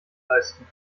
leisten